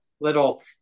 little